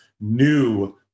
new